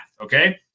okay